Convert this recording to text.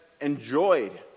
enjoyed